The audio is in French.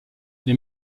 les